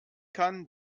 kann